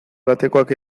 batekoak